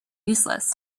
useless